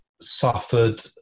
suffered